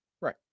right